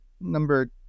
number